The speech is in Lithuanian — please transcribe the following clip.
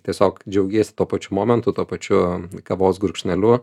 tiesiog džiaugiesi tuo pačiu momentu tuo pačiu kavos gurkšneliu